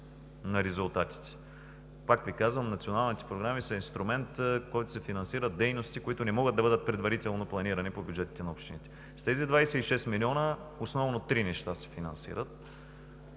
на резултатите. Пак Ви казвам, националните програми са инструмент, с който се финансират дейности, които не могат да бъдат предварително планирани по бюджетите на общините. С тези 26 милиона основно три неща се финансират